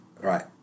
Right